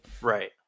right